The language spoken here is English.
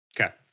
Okay